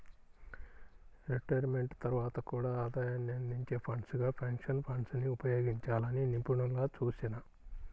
retirement తర్వాత కూడా ఆదాయాన్ని అందించే ఫండ్స్ గా పెన్షన్ ఫండ్స్ ని ఉపయోగించాలని నిపుణుల సూచన